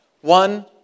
One